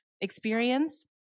experience